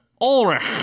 Ulrich